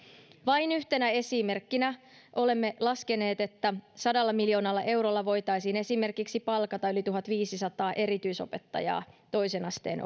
vain yhtenä esimerkkinä olemme laskeneet että sadalla miljoonalla eurolla voitaisiin esimerkiksi palkata yli tuhatviisisataa erityisopettajaa toisen asteen